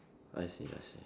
I see I see